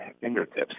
fingertips